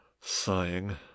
sighing